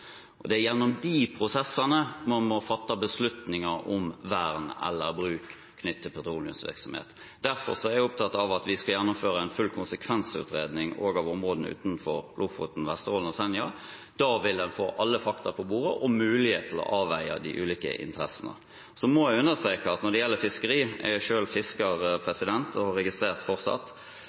restriksjoner. Det er gjennom disse prosessene man må fatte beslutninger om vern eller bruk knyttet til petroleumsvirksomhet. Derfor er jeg opptatt av at vi skal gjennomføre en full konsekvensutredning av områdene utenfor Lofoten, Vesterålen og Senja. Da vil en få alle fakta på bordet og mulighet til å avveie de ulike interessene. Jeg må understreke at når det gjelder fiskeri – jeg er selv fisker og fortsatt registrert